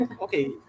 okay